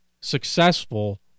successful